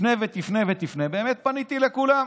תפנה ותפנה ותפנה, באמת פניתי לכולם.